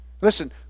Listen